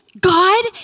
God